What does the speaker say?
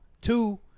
two